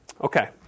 Okay